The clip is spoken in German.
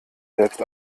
selbst